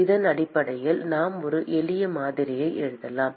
இதன் அடிப்படையில் நாம் ஒரு எளிய மாதிரியை எழுதலாம்